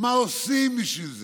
היא מה עושים בשביל זה,